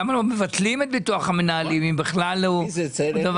למה לא מבטלים את ביטוח המנהלים אם בכלל הוא דבר,